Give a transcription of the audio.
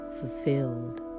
fulfilled